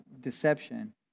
deception